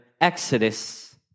exodus